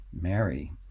Mary